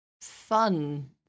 fun